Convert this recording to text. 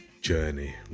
Journey